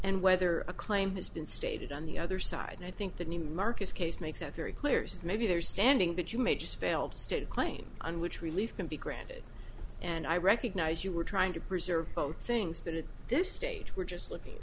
and whether a claim has been stated on the other side and i think the neiman marcus case makes it very clear so maybe they're standing but you may just failed state a claim on which relief can be granted and i recognize you were trying to preserve both things but at this stage we're just looking